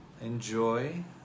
enjoy